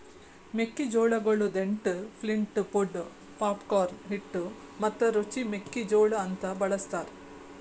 ಮೆಕ್ಕಿ ಜೋಳಗೊಳ್ dent, flint, pod, popcorn, ಹಿಟ್ಟು ಮತ್ತ ರುಚಿ ಮೆಕ್ಕಿ ಜೋಳ ಅಂತ್ ಬಳ್ಸತಾರ್